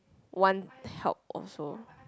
want help also